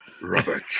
robert